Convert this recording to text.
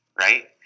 right